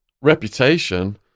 reputation